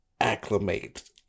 acclimate